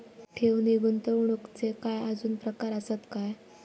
ठेव नी गुंतवणूकचे काय आजुन प्रकार आसत काय?